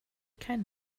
keinen